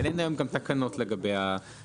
אבל אין היום גם תקנות לגבי הפיצוי.